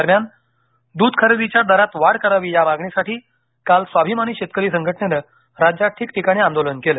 दरम्यान दृध खरेदीच्या दरात वाढ करावी या मागणीसाठी काल स्वाभिमानी शेतकरी संघटनेनं काल राज्यात ठिकठिकाणी आंदोलन केलं